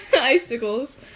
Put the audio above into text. icicles